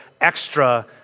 extra